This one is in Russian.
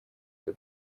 для